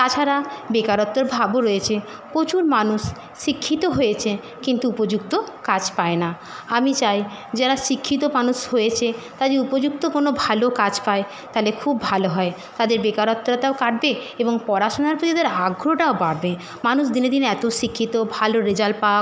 তাছাড়া বেকারত্বের ভাবও রয়েছে প্রচুর মানুষ শিক্ষিত হয়েছে কিন্তু উপযুক্ত কাজ পায় না আমি চাই যারা শিক্ষিত মানুষ হয়েছে কাজেই উপযুক্ত কোনো ভালো কাজ পায় তালে খুব ভালো হয় তাদের বেকারত্বতাও কাটবে এবং পড়াশোনার পে তাদের আগ্রহটাও বাড়বে মানুষ দিনে দিনে এতো শিক্ষিত ভালো রেজাল্ পাক